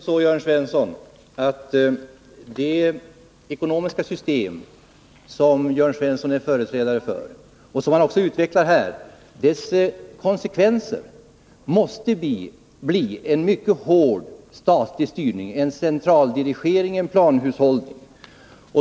Fru talman! Det är ändå så, att det ekonomiska system som Jörn Svensson är företrädare för och som han också utvecklar här måste få sådana konsekvenser som en mycket hård statlig styrning, en centraldirigering, en planhushållning.